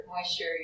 moisture